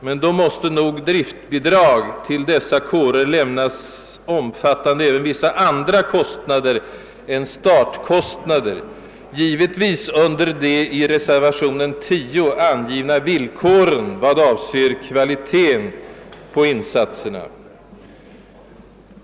Men för att kunna genomföra denna måste driftbidrag till dessa kårer lämnas, omfattande även vissa andra kostnader än startkostnader, givetvis under de i reservationen 10 angivna villkoren i vad avser kvaliteten på insatserna.